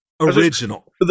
original